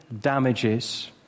damages